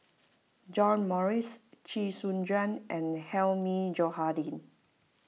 John Morrice Chee Soon Juan and Hilmi Johandi